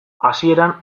hasieran